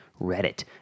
Reddit